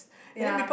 ya